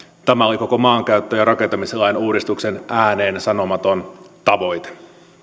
tämä oli koko maankäyttö ja rakentamislain uudistuksen ääneen sanomaton tavoite